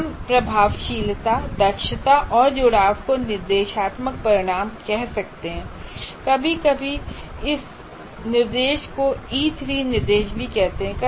हम प्रभावशीलता दक्षता और जुड़ाव को निर्देशात्मक परिणाम कह सकते हैंI कभी कभी हम इस निर्देश को E3 निर्देश भी कहते हैं